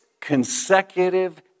consecutive